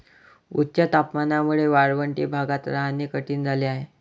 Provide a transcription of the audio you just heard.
उच्च तापमानामुळे वाळवंटी भागात राहणे कठीण झाले आहे